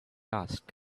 asked